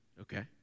Okay